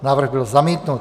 Návrh byl zamítnut.